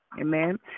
Amen